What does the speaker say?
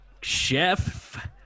chef